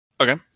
Okay